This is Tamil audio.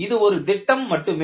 இது ஒரு திட்டம் மட்டுமே